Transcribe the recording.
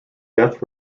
death